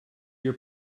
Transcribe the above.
your